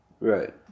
right